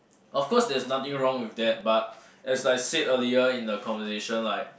of course there's nothing wrong with that but as I said earlier in the conversation like